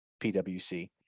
PWC